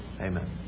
Amen